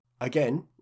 Again